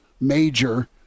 major